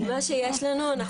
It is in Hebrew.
מה שיש לנו, אל תקצצו.